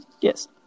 Yes